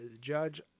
judge